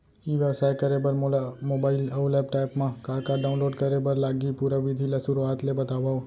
ई व्यवसाय करे बर मोला मोबाइल अऊ लैपटॉप मा का का डाऊनलोड करे बर लागही, पुरा विधि ला शुरुआत ले बतावव?